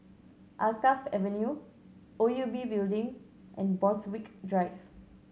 Alkaff Avenue O U B Building and Borthwick Drive